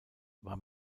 war